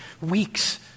weeks